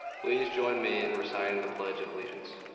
please join me in reciting the pledge of allegiance.